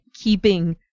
keeping